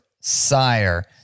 sire